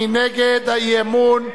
מי נגד האי-אמון?